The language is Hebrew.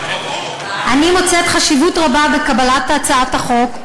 אני מוצאת חשיבות רבה בקבלת הצעת החוק.